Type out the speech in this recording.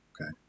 Okay